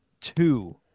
Two